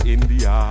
India